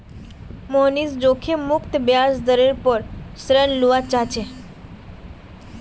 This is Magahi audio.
मोहनीश जोखिम मुक्त ब्याज दरेर पोर ऋण लुआ चाह्चे